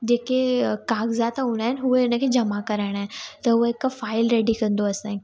जेके कागज़ात हूंदा आहिनि उहे हुनखे जमा कराइणा आहिनि त उहे हिक फाइल रेडी कंदोसीं असांजी